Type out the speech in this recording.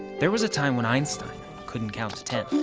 there was a time when einstein couldn't count to ten